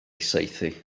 saethu